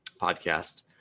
podcast